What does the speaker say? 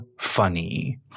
funny